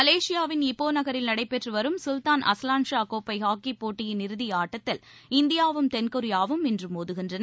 மலேஷியாவின் Ipoh நகரில் நடைபெற்று வரும் சுல்தான் அஸ்வான்ஷா கோப்பை ஹாக்கிப் போட்டியின் இறுதி ஆட்டத்தில் இந்தியாவும் தென்கொரியாவும் இன்று மோதுகின்றன